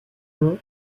mons